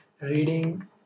reading